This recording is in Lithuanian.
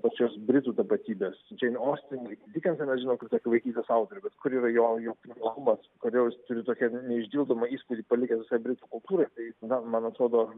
pačios britų tapatybės džen ostin dikensą mes žinom kaip tokį vaikystės autorių bet kur yra jo jo privalumas kodėl jis turi tokią neišdildomą įspūdį palikęs britų kultūrai tai na man atrodo